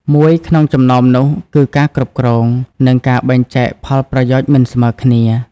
មួយក្នុងចំណោមនោះគឺ ការគ្រប់គ្រង និងការបែងចែកផលប្រយោជន៍មិនស្មើគ្នា។